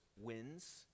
wins